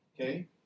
okay